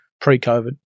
pre-COVID